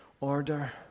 order